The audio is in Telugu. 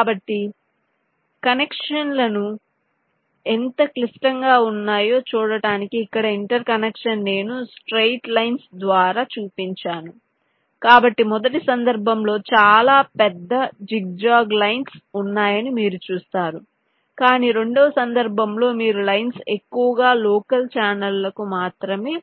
కాబట్టి కనెక్షన్లు ఎంత క్లిష్టంగా ఉన్నాయో చూడటానికి ఇక్కడ ఇంటర్ కనెక్షన్ నేను స్ట్రెయిట్ లైన్స్ ద్వారా చూపించాను కాబట్టి మొదటి సందర్భంలో చాలా పెద్ద జిగ్జాగ్ లైన్స్ ఉన్నాయని మీరు చూస్తారు కాని రెండవ సందర్భంలో మీరు లైన్స్ ఎక్కువగా లోకల్ ఛానెల్లకు మాత్రమే